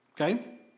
Okay